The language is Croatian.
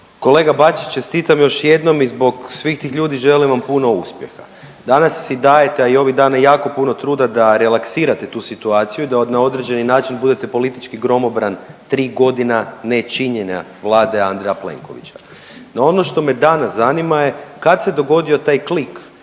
Kolega Bačić, čestitam još jednom i zbog svih tih ljudi želim vam puno uspjeha. Danas si dajete, a i ovih dana, jako puno truda da relaksirate tu situaciju i da na određeni način budete politički gromobran 3 godina nečinjenja Vlade Andreja Plenkovića, no ono što me danas zanima je, kad se dogodio taj klik